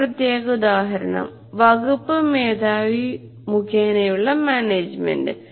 ഒരു പ്രത്യേക ഉദാഹരണം വകുപ്പ് മേധാവി മുഖേനയുള്ള മാനേജ്മെന്റ്